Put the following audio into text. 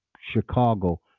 Chicago